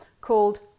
called